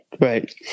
right